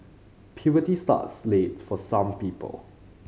puberty starts late for some people